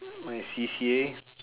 my C_C_A